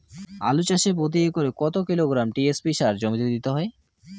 আলু চাষে প্রতি একরে কত কিলোগ্রাম টি.এস.পি সার জমিতে দিতে হয়?